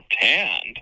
tanned